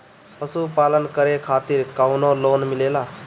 पशु पालन करे खातिर काउनो लोन मिलेला?